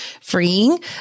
freeing